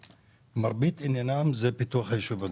שמרבית עניינם זה פיתוח היישוב הדרוזי.